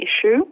issue